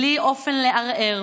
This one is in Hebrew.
בלי אופן לערער,